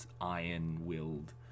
iron-willed